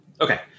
Okay